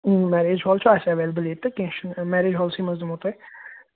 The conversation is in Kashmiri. اۭں مٮ۪ریج ہال چھُ اَسہِ اٮ۪ویلیبٕل ییٚتہِ تہٕ کیٚنہہ چھُنہٕ مٮ۪ریج ہالسٕے منٛز دِمو تۄہہِ